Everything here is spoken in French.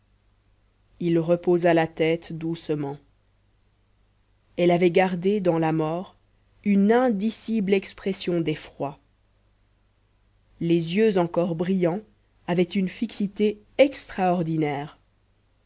il reposa la tête doucement elle avait gardé dans la mort une indicible expression d'effroi les yeux encore brillants avaient une fixité extraordinaire